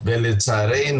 תודה רועי אנחנו